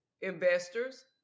investors